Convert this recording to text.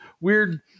weird